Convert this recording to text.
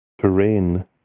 terrain